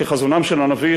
כחזונם של הנביא,